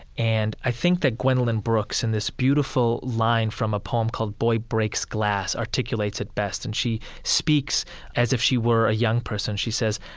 and i think that gwendolyn brooks, in this beautiful line from a poem called boy breaks glass, articulates it best. and she speaks as if she were a young person. she says,